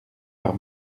par